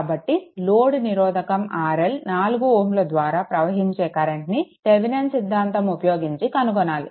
కాబట్టి లోడ్ నిరోధకం RL 4Ω ద్వారా ప్రవహించే కరెంట్ని థెవెనిన్ సిద్దాంతం ఉపయోగించి కనుగొనాలి